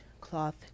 cloth